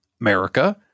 America